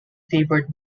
favored